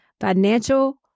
financial